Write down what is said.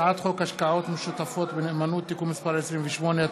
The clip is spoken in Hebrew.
הצעת חוק השקעות משותפות בנאמנות (תיקון מס' 28),